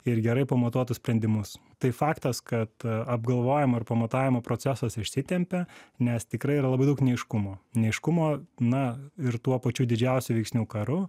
ir gerai pamatuotus sprendimus tai faktas kad apgalvojimo ir pamatavimo procesas išsitempia nes tikrai yra labai daug neaiškumų neaiškumo na ir tuo pačiu didžiausių veiksnių karu